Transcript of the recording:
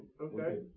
Okay